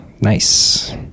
Nice